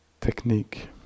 technique